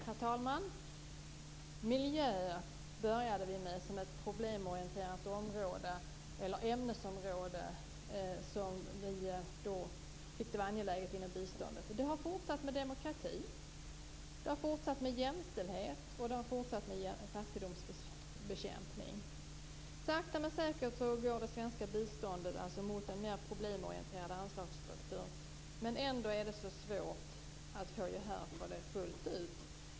Herr talman! Vi började med att ta upp miljön som ett problemorienterat ämnesområde som vi tyckte var angeläget inom biståndet. Vi fortsatte med demokrati, med jämställdhet och fattigdomsbekämpning. Sakta men säkert går det svenska biståndet mot en mer problemorienterad anslagsstruktur. Men ändå är det så svårt att få gehör för det fullt ut.